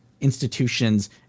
institutions